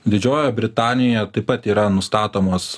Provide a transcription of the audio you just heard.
didžiojoje britanijoje taip pat yra nustatomos